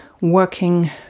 working